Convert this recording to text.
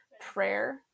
prayer